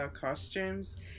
costumes